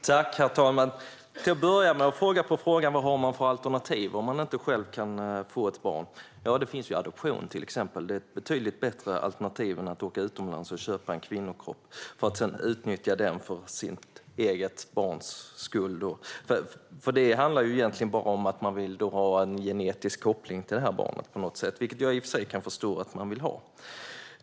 Herr talman! Till att börja med vill jag svara på frågan vad man har för alternativ om man inte själv kan få barn. Ja, det finns ju till exempel adoption. Det är ett betydligt bättre alternativ än att åka utomlands och köpa en kvinnokropp för att sedan utnyttja den för sitt eget barns skull. Det handlar ju egentligen bara om att man på något sätt vill ha en genetisk koppling till barnet, vilket jag i och för sig kan förstå att man vill ha.